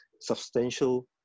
substantial